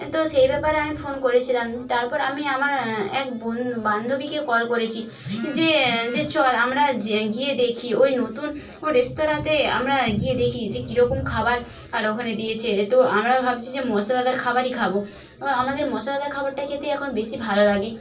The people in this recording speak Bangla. তো সেই ব্যাপারে আমি ফোন করেছিলাম তারপর আমি আমার এক বান্ধবীকে কল করেছি যে যে চল আমরা গিয়ে দেখি ওই নতুন রেস্তোরাঁতে আমরা গিয়ে দেখি যে কী রকম খাবার আর ওখানে দিয়েছে তো আমরা ভাবছি যে মশলাদার খাবারই খাবো আমাদের মশলাদার খাবারটা খেতেই এখন বেশি ভালো লাগে